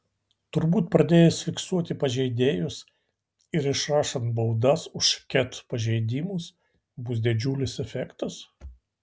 turbūt pradėjus fiksuoti pažeidėjus ir išrašant baudas už ket pažeidimus bus didžiulis efektas